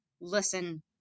listen